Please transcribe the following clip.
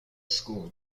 school